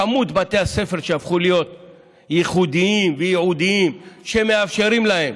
כמות בתי הספר שהפכו להיות ייחודיים וייעודיים ומאפשרים להם